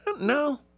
No